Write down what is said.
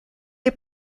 est